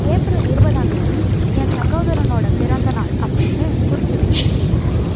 April இருபதாம் தேதி என் சகோதரனோட பிறந்தநாள் அப்படின்னு குறிச்சு வை